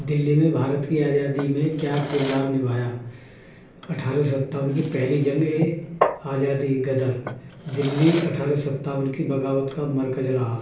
دلی میں بھارت کی آزادی میں کیا کردار نبھایا اٹھارہ ستاون کی پہلی جنگ آزادی غدر دلی اٹھارہ ستاون کی بغاوت کا مرکز رہا